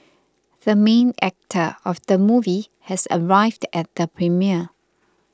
the main actor of the movie has arrived at the premiere